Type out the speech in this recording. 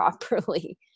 properly